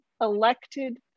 elected